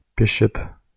Bishop